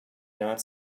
not